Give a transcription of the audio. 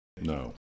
No